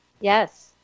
Yes